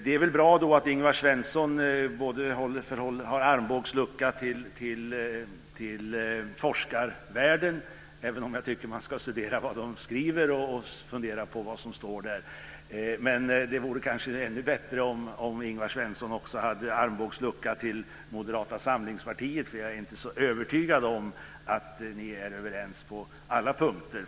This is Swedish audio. Det är väl bra att Ingvar Svensson har armbågslucka till forskarvärlden, även om jag tycker att man ska studera vad forskarna skriver och fundera på vad som står där. Men det vore kanske ännu bättre om Ingvar Svensson också hade armbågslucka till Moderata samlingspartiet, för jag är inte så övertygad om att ni är överens på alla punkter.